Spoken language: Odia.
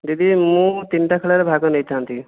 ଦିଦି ମୁଁ ତିନିଟା ଖେଳରେ ଭାଗ ନେଇଥାନ୍ତି